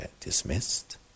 dismissed